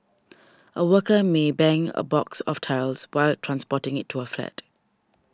a worker may bang a box of tiles while transporting it to a flat